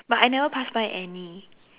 but I never pass by any